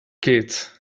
kids